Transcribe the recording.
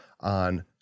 on